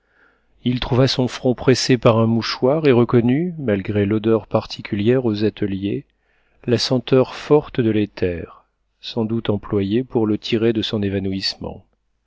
il trouva son front pressé par un mouchoir et reconnut malgré l'odeur particulière aux ateliers la senteur forte de l'éther sans doute employé pour le tirer de son évanouissement